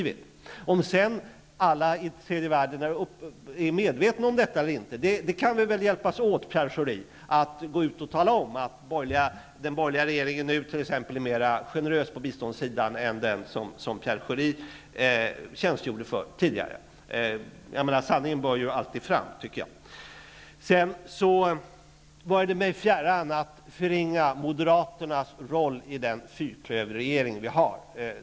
När det sedan gäller om alla i tredje världen är medvetna om detta eller inte kan vi väl hjälpas åt, Pierre Schori, att gå ut och tala om att t.ex. den nuvarande borgerliga regeringen är mer generös med biståndet än den regering som Pierre Schori tidigare tjänstgjorde för. Sanningen bör alltid fram. Det vare mig fjärran att förringa moderaternas roll i den fyrklöverregering som vi har.